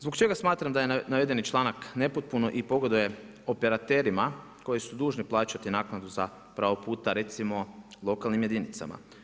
Zbog čega smatram da je navedeni članak nepotpun i pogoduje operaterima koji su dužni plaćati naknadu za pravog puta, recimo lokalnim jedinicama.